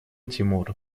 тимур